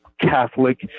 catholic